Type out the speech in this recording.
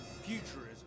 Futurism